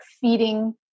feeding